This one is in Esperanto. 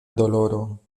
doloro